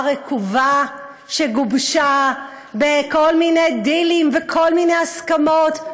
רקובה שגובשה בכל מיני דילים וכל מיני הסכמות.